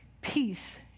peace